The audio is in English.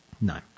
No